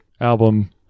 album